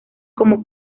como